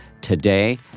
today